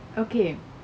okay